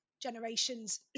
generations